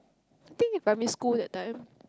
think in primary school that time